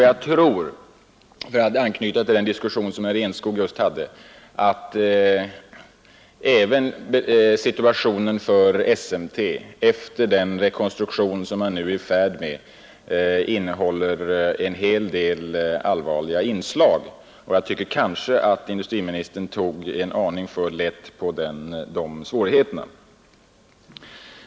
Jag tror också, för att anknyta till herr Enskogs anförande, att situationen för SMT, även efter den rekonstruktion som man nu är på väg att genomföra, innehåller en hel del allvarliga inslag. Kanske tog industriministern för lätt på dessa svårigheter.